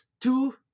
Two